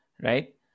right